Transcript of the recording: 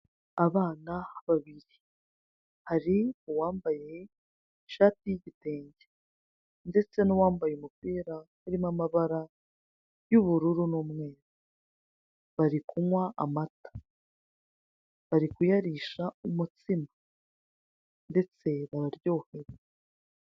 Abana babiri hari uwambaye ishati y'igitenge ndetse n'uwamabaye umupira urimo amabara y'ubururu n'umweru, bari kunywa amata bari kuyarisha umutsima ndetse baryohewe.